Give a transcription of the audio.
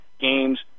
games